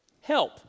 help